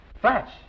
Flash